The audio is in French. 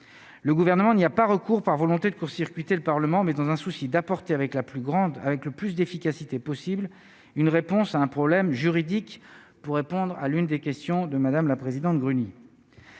le gouvernement n'y a pas recours par volonté de court-circuiter le Parlement mais dans un souci d'apporter avec la plus grande avec le plus d'efficacité possible une réponse à un problème juridique pour répondre à l'une des questions de Madame, la présidente Gruny,